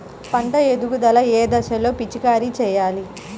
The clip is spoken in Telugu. పంట ఎదుగుదల ఏ దశలో పిచికారీ చేయాలి?